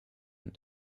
and